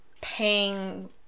paying